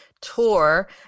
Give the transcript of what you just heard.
tour